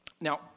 Now